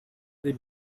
the